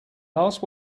last